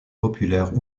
populaires